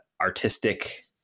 artistic